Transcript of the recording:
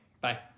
Bye